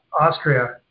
Austria